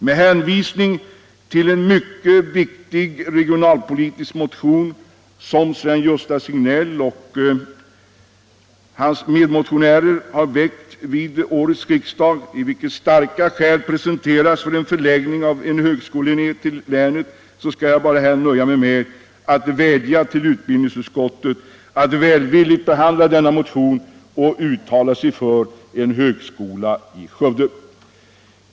Med hänvisning till en mycket viktig regionalpolitisk motion som Sven-Gösta Signell m.fl. väckt vid årets riksdag, i vilken starka skäl presenteras för en förläggning av en högskoleenhet till länet, skall jag här bara nöja mig med att vädja till utbildningsutskottet att välvilligt behandla denna motion och uttala sig för en högskola i Skövde.